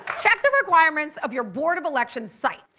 check the requirements of your board of elections site.